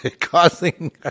causing